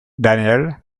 daniel